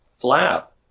Flap